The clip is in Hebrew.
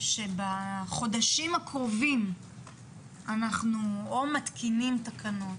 שבחודשים הקרובים אנחנו או מתקינים תקנות,